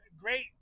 great